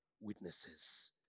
witnesses